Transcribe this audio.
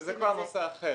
זה כבר נושא אחר.